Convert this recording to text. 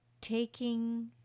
Taking